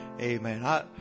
Amen